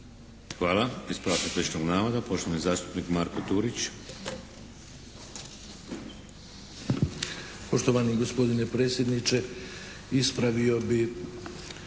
Hvala. Ispravak netočnog navoda, poštovani zastupnik Marko Turić.